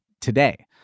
today